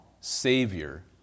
Savior